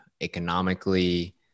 economically